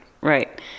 right